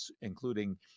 including